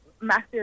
massive